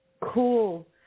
Cool